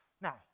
Now